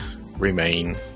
remain